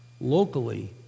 locally